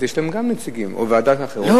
יש להם גם נציגים או ועדות אחרות,